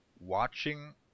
watching